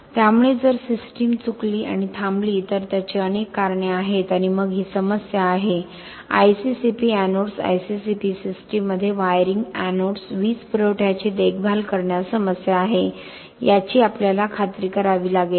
त्यामुळे जर सिस्टीम चुकली आणि थांबली तर त्याची अनेक कारणे आहेत आणि मग ही समस्या आहे ICCPएनोड्स ICCP सिस्टीममध्ये वायरिंग एनोड्स वीज पुरवठ्याची देखभाल करण्यात समस्या आहे याची आपल्याला खात्री करावी लागेल